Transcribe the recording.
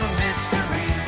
mystery